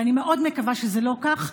ואני מאוד מקווה שזה לא כך,